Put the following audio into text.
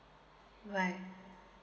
right